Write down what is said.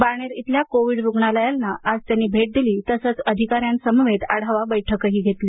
बाणेर इथल्या कोविड रुग्णालयाला मोहोळ यांनी आज भेट दिली तसंच अधिकाऱ्यांसमवेत आढावा बैठक घेतली